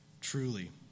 Truly